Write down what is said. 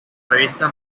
revista